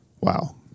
Wow